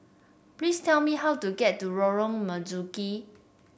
please tell me how to get to Lorong Marzuki